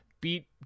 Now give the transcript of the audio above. beat